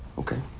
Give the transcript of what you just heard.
ok.